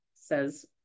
says